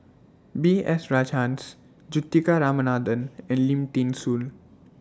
B S Rajhans Juthika Ramanathan and Lim Thean Soo